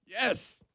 Yes